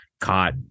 caught